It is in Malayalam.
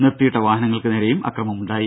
നിർത്തിയിട്ട വാഹനങ്ങൾക്കു നേരെയും അക്രമമുണ്ടായി